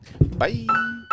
Bye